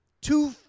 two